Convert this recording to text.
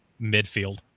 midfield